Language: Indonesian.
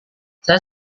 saya